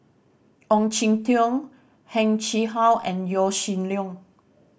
Ong Jin Teong Heng Chee How and Yaw Shin Leong